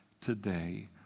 today